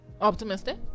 Optimistic